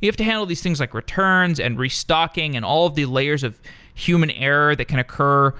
you have to handle these things like returns and restocking and all of the layers of human errors that can occur